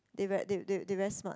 they very they they they very smart